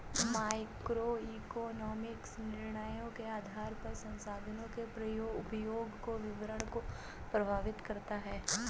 microeconomics निर्णयों के आधार पर संसाधनों के उपयोग और वितरण को प्रभावित करता है